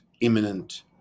imminent